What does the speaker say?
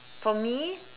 for me